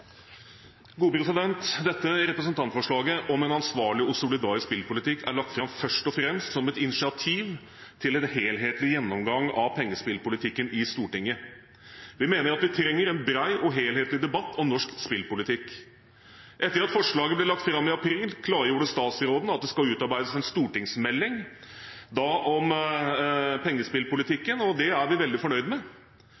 lagt fram først og fremst som et initiativ til en helhetlig gjennomgang av pengespillpolitikken i Stortinget. Vi mener at vi trenger en bred og helhetlig debatt om norsk spillpolitikk. Etter at forslaget ble lagt fram i april, klargjorde statsråden at det skal utarbeides en stortingsmelding om pengespillpolitikken, og det er vi veldig fornøyd med.